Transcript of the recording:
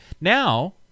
Now